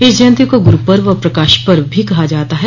इस जयंती को गुरू पर्व और प्रकाश पर्व भी कहा जाता है